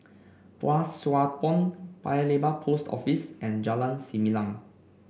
Pang Sua Pond Paya Lebar Post Office and Jalan Selimang